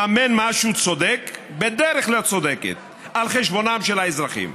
לממן משהו צודק בדרך לא צודקת על חשבונם של האזרחים.